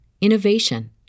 innovation